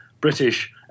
British